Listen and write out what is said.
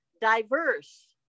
diverse